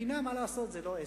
מדינה, מה לעשות, זה לא עסק.